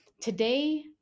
today